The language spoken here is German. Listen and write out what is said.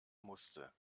musste